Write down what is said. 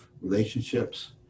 relationships